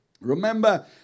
Remember